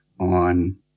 on